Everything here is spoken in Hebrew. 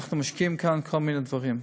אנחנו משקיעים כאן כל מיני דברים.